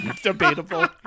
debatable